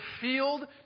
field